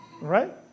right